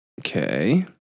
Okay